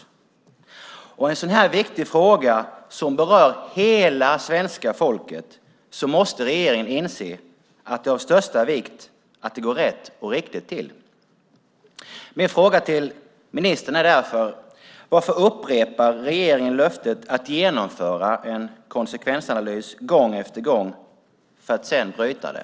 När det gäller en sådan här viktig fråga som berör hela Svenska folket måste regeringen inse att det är av största vikt att det går rätt och riktigt till. Min fråga till ministern är därför: Varför upprepar regeringen löftet att genomföra en konsekvensanalys gång efter gång för att sedan bryta det?